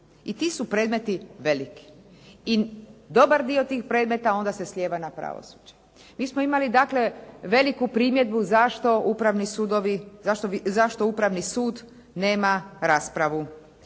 i ti su predmeti veliki. I dobar dio tih predmeta onda se slijeva na pravosuđe. Mi smo imali dakle veliku primjedbu zašto upravni sudovi, zašto